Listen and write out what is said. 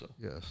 Yes